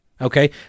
Okay